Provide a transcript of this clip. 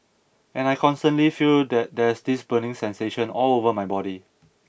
and I constantly feel that there's this burning sensation all over my body